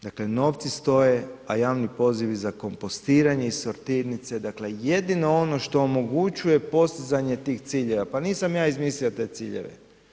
Dakle, novci stoje, a javni pozivi za kompostiranje i sortirnice, dakle jedino ono što omogućuje postizanje tih ciljeva, pa nisam ja izmislio te ciljeve.